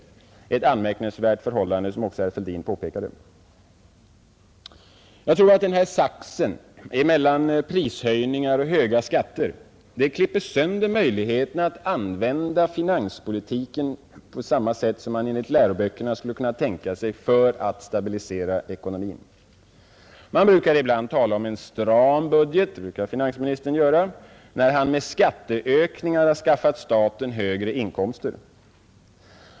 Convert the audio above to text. Det är som herr Fälldin också påpekade ett anmärkningsvärt förhållande. Den här saxen mellan prishöjningar och höga skatter klipper sönder möjligheterna att använda finanspolitiken på samma sätt som man enligt läroböckerna skulle kunna tänka sig för att stabilisera ekonomin. Finansministern brukar ibland tala om en ”stram” budget när han med hjälp av skattehöjningar har skaffat staten högre inkomster.